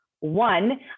One